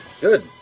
Good